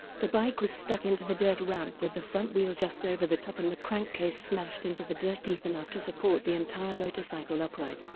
the bike was stuck into the dirt ramp with the front wheel just over the top and the crankcase smashed into the dirt deep enough to support the entire motorcycle upright.